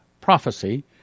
prophecy